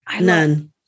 None